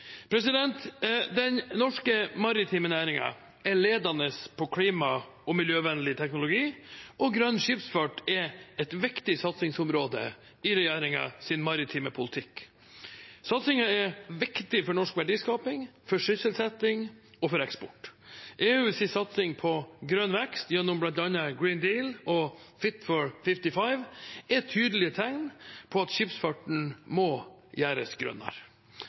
Den norske maritime næringen er ledende på klima- og miljøvennlig teknologi, og grønn skipsfart er et viktig satsingsområde i regjeringens maritime politikk. Satsingen er viktig for norsk verdiskaping, for sysselsetting og for eksport. EUs satsing på grønn vekst gjennom bl.a. «Green Deal» og «Fit for 55» er tydelige tegn på at skipsfarten må gjøres grønnere.